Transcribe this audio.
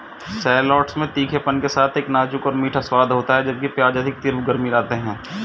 shallots में तीखेपन के साथ एक नाजुक और मीठा स्वाद होता है, जबकि प्याज अधिक तीव्र गर्मी लाते हैं